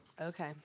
Okay